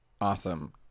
awesome